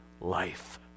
life